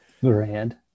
grand